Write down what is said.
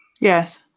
yes